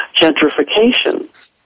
gentrification